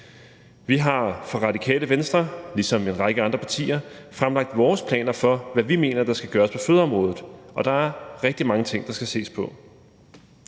Vi har i Radikale Venstre, ligesom en række andre partier, fremlagt vores planer for, hvad vi mener der skal gøres på fødeområdet, og der er rigtig mange ting, der skal ses på.